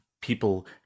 people